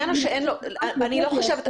אני לא חושבת,